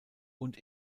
und